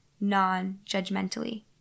non-judgmentally